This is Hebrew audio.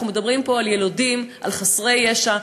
אנחנו מדברים פה על יילודים, על חסרי ישע.